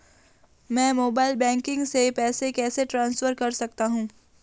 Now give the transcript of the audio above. मैं mobile banking से पैसे कैसे ट्रांसफर कर सकता हूं?